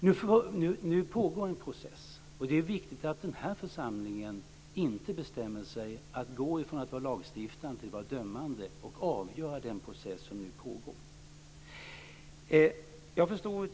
Nu pågår en process. Det är viktigt att den här församlingen inte bestämmer sig för att gå ifrån att vara lagstiftande till att vara dömande och avgör den process som nu pågår.